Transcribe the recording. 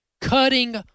cutting